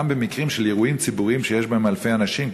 גם במקרים של אירועים ציבוריים שיש בהם אלפי אנשים,